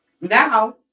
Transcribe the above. now